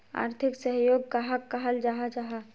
आर्थिक सहयोग कहाक कहाल जाहा जाहा?